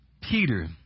Peter